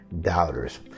doubters